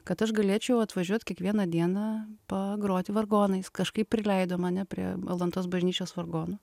kad aš galėčiau atvažiuot kiekvieną dieną pagroti vargonais kažkaip prileido mane prie alantos bažnyčios vargonų